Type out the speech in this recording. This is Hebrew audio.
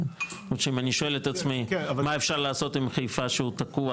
אם אני שואל את עצמי מה אפשר לעשות עם חיפה שהוא תקוע